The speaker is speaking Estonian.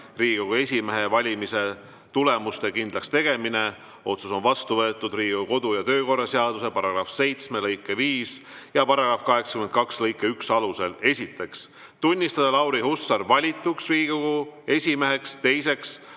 Riigikogu esimehe valimise tulemuste kindlakstegemine. Otsus on vastu võetud Riigikogu kodu- ja töökorra seaduse § 7 lõike 5 ja § 82 lõike 1 alusel. Esiteks, tunnistada Lauri Hussar valituks Riigikogu esimeheks. Teiseks,